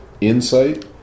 insight